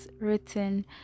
written